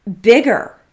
bigger